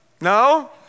No